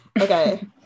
okay